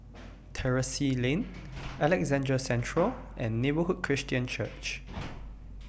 Terrasse Lane Alexandra Central and Neighbourhood Christian Church